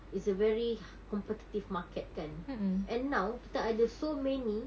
it's a very competitive market kan and now kita ada so many